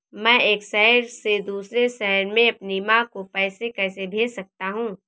मैं एक शहर से दूसरे शहर में अपनी माँ को पैसे कैसे भेज सकता हूँ?